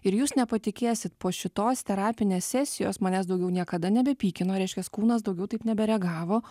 ir jūs nepatikėsit po šitos terapinės sesijos manęs daugiau niekada nebepykino reiškias kūnas daugiau taip nebereagavo